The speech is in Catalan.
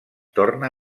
torna